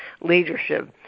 leadership